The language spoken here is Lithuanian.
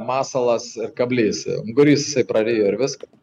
masalas kablys ungurys jisai prarijo ir viską